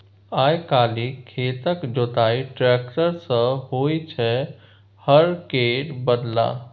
आइ काल्हि खेतक जोताई टेक्टर सँ होइ छै हर केर बदला